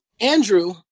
Andrew